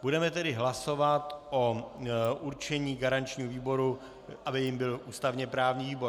Budeme tedy hlasovat určení garančního výboru, aby jím byl ústavněprávní výbor.